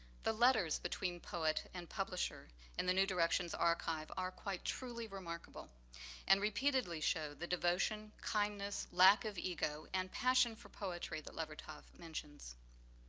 the letters between poet and publisher in the new directions archive are quite truly remarkable and repeatedly showed the devotion, kindness, lack of ego, and passion for poetry that levertov mentions.